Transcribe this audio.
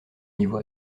niveau